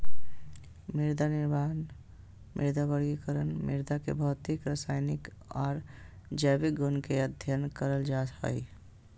मृदानिर्माण, मृदा वर्गीकरण, मृदा के भौतिक, रसायनिक आर जैविक गुण के अध्ययन करल जा हई